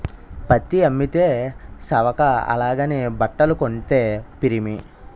పత్తి అమ్మితే సవక అలాగని బట్టలు కొంతే పిరిమి